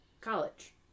college